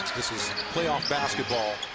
this is playoff basketball.